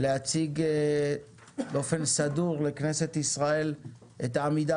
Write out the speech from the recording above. להציג באופן סדור לכנסת ישראל את העמידה